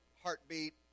heartbeat